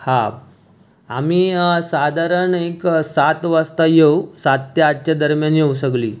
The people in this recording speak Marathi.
हा आम्ही साधारण एक सात वाजता येऊ सात ते आठच्या दरम्यान येऊ सगळी